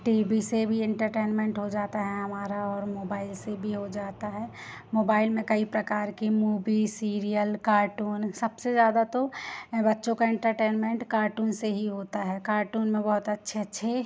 T V से भी entertainment हो जाता है हमारा और मोबाइल से भी हो जाता है मोबाइल में कई प्रकार की मूबी सीरियल कार्टून सबसे ज़्यादा तो बच्चों का एंटरटेनमेंट कार्टून से ही होता है कार्टून में बहुत अच्छे अच्छे